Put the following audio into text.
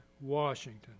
Washington